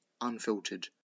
unfiltered